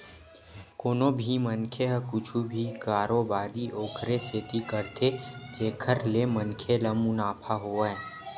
कोनो भी मनखे ह कुछु भी कारोबारी ओखरे सेती करथे जेखर ले मनखे ल मुनाफा होवय